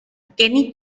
kenny